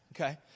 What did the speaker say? Okay